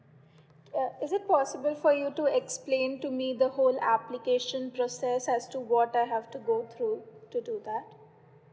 uh is it possible for you to explain to me the whole application process as to what I have to go through to do that